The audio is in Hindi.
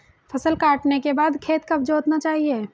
फसल काटने के बाद खेत कब जोतना चाहिये?